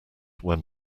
when